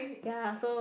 ya so